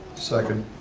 second.